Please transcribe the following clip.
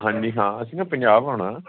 ਹਾਂਜੀ ਹਾਂ ਅਸੀਂ ਨਾ ਪੰਜਾਬ ਆਉਣਾ